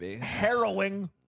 harrowing